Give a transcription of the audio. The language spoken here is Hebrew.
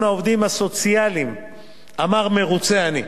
העובדים הסוציאליים אמר: מרוצה אני.